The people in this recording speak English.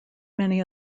many